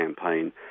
campaign